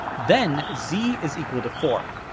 then z is equal to four.